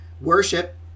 worship